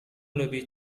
lebih